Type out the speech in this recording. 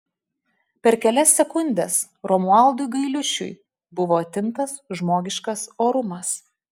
per kelias sekundes romualdui gailiušiui buvo atimtas žmogiškas orumas